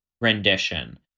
rendition